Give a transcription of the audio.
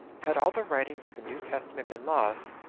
had all the writings of the new testament been lost,